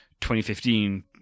2015